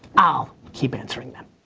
i'll keep answering them.